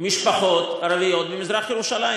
משפחות ערביות במזרח-ירושלים.